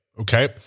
okay